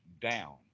down